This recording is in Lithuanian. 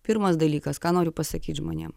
pirmas dalykas ką noriu pasakyt žmonėm